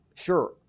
Sure